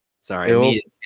Sorry